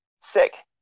sick